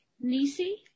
Nisi